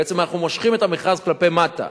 בעצם, אנחנו מושכים את המכרז כלפי מטה.